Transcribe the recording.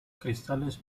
cristales